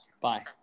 Bye